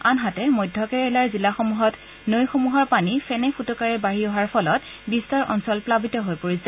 আনহাতে মধ্য কেৰালাৰ জিলাসমূহত নৈসমূহৰ পানী ফেনে ফুটুকাৰে বাঢ়ি অহাৰ ফলত বিস্তৰ অঞ্চল প্লাৱিত হৈ পৰিছে